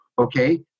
okay